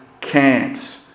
camps